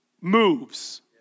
moves